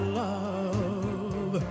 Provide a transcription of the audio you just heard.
love